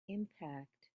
impact